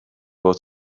fod